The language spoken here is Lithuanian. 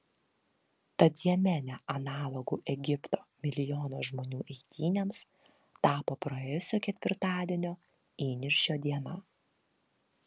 tad jemene analogu egipto milijono žmonių eitynėms tapo praėjusio ketvirtadienio įniršio diena